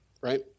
right